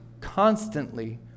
constantly